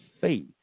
faith